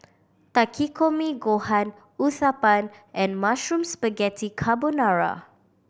Takikomi Gohan Uthapam and Mushroom Spaghetti Carbonara